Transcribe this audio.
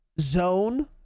Zone